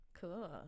Cool